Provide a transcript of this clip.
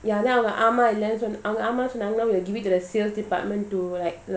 ya then ஆமாஇல்லனுசொல்லு:ama illanu sollu give it to the sales department to like liaise with them